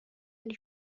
and